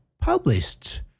published